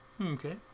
Okay